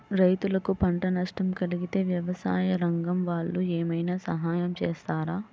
రైతులకు పంట నష్టం కలిగితే వ్యవసాయ రంగం వాళ్ళు ఏమైనా సహాయం చేస్తారా?